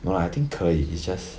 no lah I think 可以 it's just